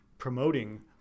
promoting